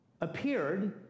appeared